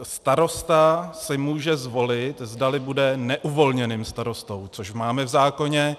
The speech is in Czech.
Starosta si může zvolit, zdali bude neuvolněným starostou, což máme v zákoně.